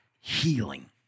healing